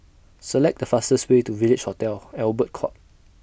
Select The fastest Way to Village Hotel Albert Court